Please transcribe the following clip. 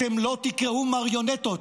אתם לא תקראו מריונטות.